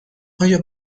آیا